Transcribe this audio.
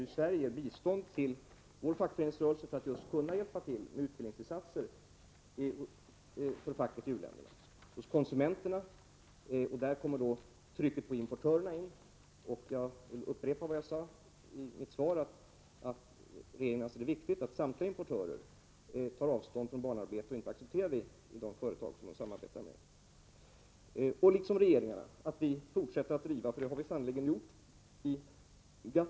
I Sverige ger vi bistånd till vår fackföreningsrörelse för att den skall hjälpa facket i u-länderna med utbildningsinsatser. Opinionstrycket måste även hållas uppe hos konsumenterna, där trycket på importörerna kommer in. Jag vill upprepa vad jag sade i mitt svar, nämligen att regeringen anser att det är viktigt att samtliga importörer tar avstånd från barnarbete och inte accepterar att det förekommer i de företag som de samarbetar med. Vi måste även hålla uppe opinionstrycket när det gäller regeringarna.